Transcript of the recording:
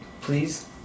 please